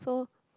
so